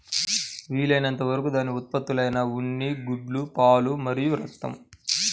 వీలైనంత వరకు దాని ఉత్పత్తులైన ఉన్ని, గుడ్లు, పాలు మరియు రక్తం